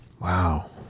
Wow